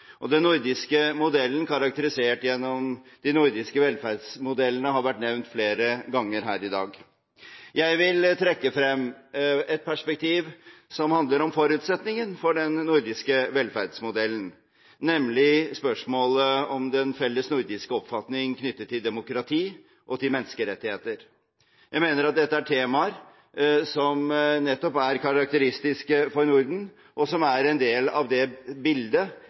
og den nordiske modellen – karakterisert ved de nordiske velferdsmodellene – har vært nevnt flere ganger her i dag. Jeg vil trekke frem et perspektiv som handler om forutsetningen for den nordiske velferdsmodellen, nemlig spørsmålet om den felles nordiske oppfatning knyttet til demokrati og til menneskerettigheter. Jeg mener at dette er temaer som nettopp er karakteristiske for Norden, og som er en del av det bildet